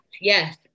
yes